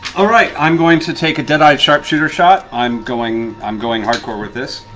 all right! i'm going to take a dead-eye sharpshooter shot. i'm going i'm going hardcore with this.